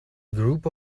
group